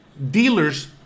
dealers